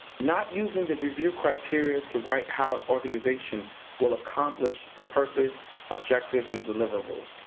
not using the review criteria to write how an organization will accomplish the purpose, objectives, and deliverables.